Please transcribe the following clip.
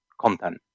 content